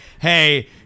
hey